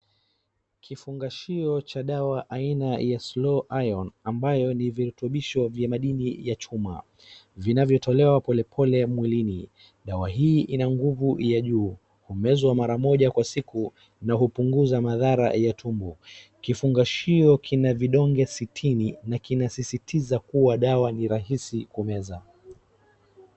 Kifungashio cha dawa aina ya slow iron ambayo ni virutabisho vya madini ya chuma vinavyotolewa pole pole mwilini, dawa hii ina nguvu ya juu, humezwa mara moja kwa siku na hupunguza madhara ya tumbo. Kifungashio kina vidonge sitini na kinasisitiza kuwa dawa ni rahisi kumeza.